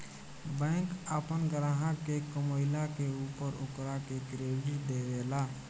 bank आपन ग्राहक के कमईला के ऊपर ओकरा के क्रेडिट देवे ले